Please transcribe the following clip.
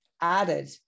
added